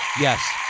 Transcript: Yes